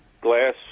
glass